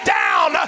down